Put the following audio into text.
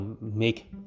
make